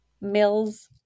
mills